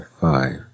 five